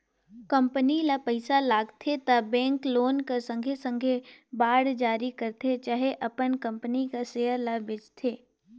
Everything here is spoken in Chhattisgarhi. कंपनी ल पइसा लागथे त बेंक लोन कर संघे संघे बांड जारी करथे चहे अपन कंपनी कर सेयर ल बेंचथे